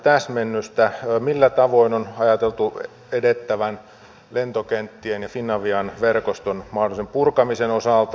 millä tavoin on ajateltu edettävän lentokenttien ja finavian verkoston mahdollisen purkamisen osalta